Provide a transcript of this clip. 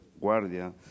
guardia